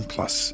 Plus